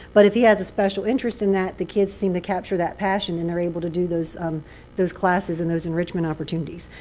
but if he has a special interest in that, the kids seem to capture that passion. and they're able to do those those classes and those enrichment opportunities.